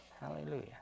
Hallelujah